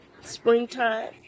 springtime